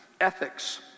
ethics